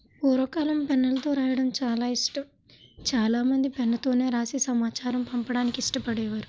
పూర్వకాలం పెన్ను లతో రాయడం చాలా ఇష్టం చాలా మంది పెన్ను తోనే రాసి సమాచారాన్ని పంపడానికి ఇష్టపడేవారు